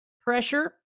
pressure